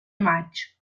maig